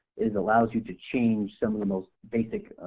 is allows you to change some of the most basic,